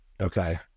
Okay